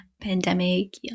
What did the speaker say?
pandemic